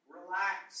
Relax